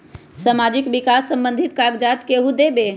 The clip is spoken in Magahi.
समाजीक विकास संबंधित कागज़ात केहु देबे?